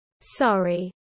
Sorry